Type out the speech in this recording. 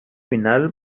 final